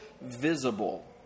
visible